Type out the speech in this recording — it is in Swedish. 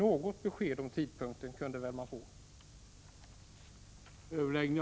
Man kunde väl få något besked om tidpunkt.